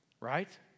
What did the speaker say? right